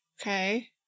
Okay